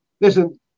Listen